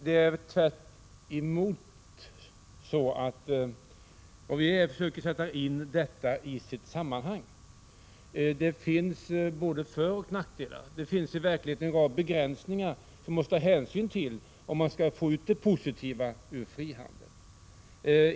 Det är tvärtom så, om vi försöker sätta in detta i dess sammanhang, att det finns både föroch nackdelar. Det finns i verkligheten en rad begränsningar som man måste ta hänsyn till om man skall få ut det positiva ur frihandeln.